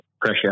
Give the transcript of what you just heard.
pressure